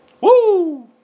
Woo